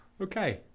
okay